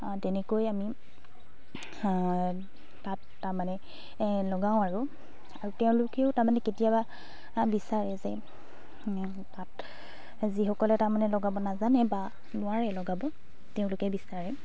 তেনেকৈ আমি তাঁত তাৰমানে লগাওঁ আৰু তেওঁলোকেও তাৰমানে কেতিয়াবা বিচাৰে যে তাঁত যিসকলে তাৰমানে লগাব নাজানে বা নোৱাৰে লগাব তেওঁলোকে বিচাৰে